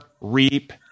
reap